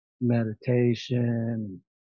Meditation